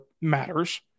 matters